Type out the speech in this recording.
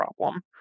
problem